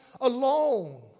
alone